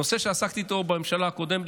נושא שעסקתי בו בממשלה הקודמת.